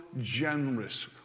generous